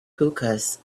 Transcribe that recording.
hookahs